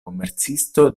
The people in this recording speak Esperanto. komercisto